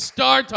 Star